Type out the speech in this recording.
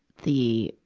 the